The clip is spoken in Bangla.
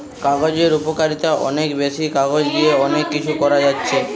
কাগজের উপকারিতা অনেক বেশি, কাগজ দিয়ে অনেক কিছু করা যাচ্ছে